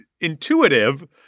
intuitive